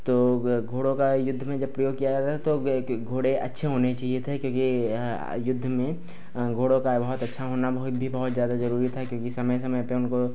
तो घोड़े का युद्ध में जब प्रयोग किया जाता था तो घोड़े अच्छे होने चाहिए थे क्योंकि युद्ध में घोड़ों का बहुत अच्छा होना बहुत भी बहुत ज़्यादा ज़रूरी था क्योंकि समय समय पर उनको